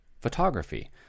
photography